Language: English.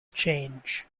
change